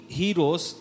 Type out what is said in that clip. heroes